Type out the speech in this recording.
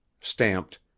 Stamped